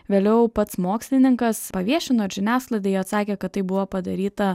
vėliau pats mokslininkas paviešino ir žiniasklaidai atsakė kad tai buvo padaryta